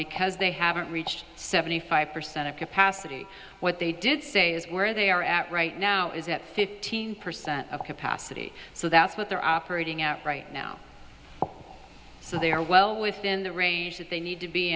because they haven't reached seventy five percent of capacity what they did say is where they are at right now is at fifteen percent of capacity so that's what they're operating at right now so they are well within the range that they need to be